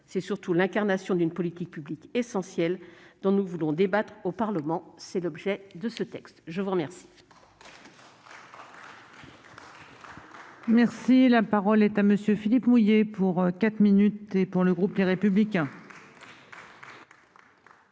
c'est surtout l'incarnation d'une politique publique essentielle, dont nous voulons débattre au Parlement. Tel est l'objet de ce texte. La parole